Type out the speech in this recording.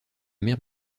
mer